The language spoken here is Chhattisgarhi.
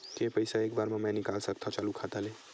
के पईसा एक बार मा मैं निकाल सकथव चालू खाता ले?